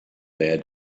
their